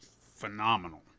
phenomenal